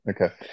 okay